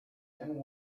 and